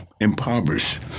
impoverished